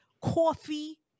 coffee